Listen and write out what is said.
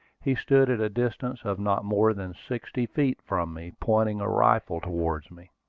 he stood at a distance of not more than sixty feet from me, pointing a rifle towards me.